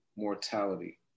mortality